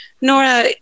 Nora